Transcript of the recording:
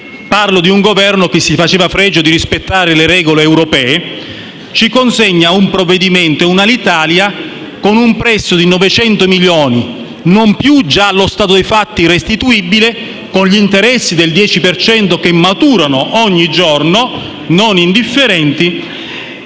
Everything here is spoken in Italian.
Parlo di un Governo che si faceva fregio di rispettare le regole europee e che ci consegna ora un provvedimento e un'Alitalia con un prezzo di 900 milioni, non più già allo stato dei fatti restituibile con gli interessi del 10 per cento che maturano ogni giorno, non indifferenti,